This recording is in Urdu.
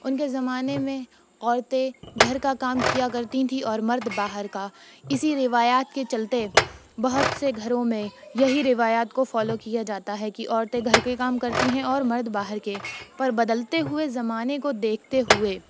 ان کے زمانے میں عورتیں گھر کا کام کیا کرتی تھیں اور مرد باہر کا اسی روایات کے چلتے بہت سے گھروں میں یہی روایات کو فالو کیا جاتا ہے کہ عورتیں گھر کے کام کرتی ہیں اور مرد باہر کے پر بدلتے ہوئے زمانے کو دیکھتے ہوئے